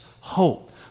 hope